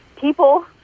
people